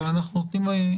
אני לא מבינה את זה.